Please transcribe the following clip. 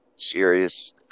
serious